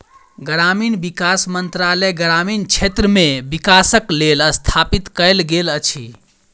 ग्रामीण विकास मंत्रालय ग्रामीण क्षेत्र मे विकासक लेल स्थापित कयल गेल अछि